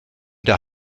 der